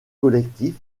collectif